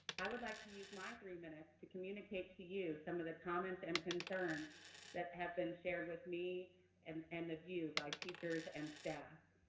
i would like to use my three minutes to communicate to you some of the comments and concerns that have been shared with me and and the vue by teachers and staff.